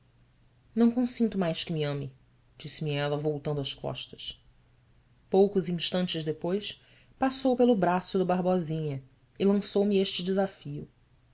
o ão consinto mais que me ame disse-me ela voltando as costas poucos instantes depois passou pelo braço do barbosinha e lançou-me este desafio